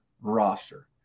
roster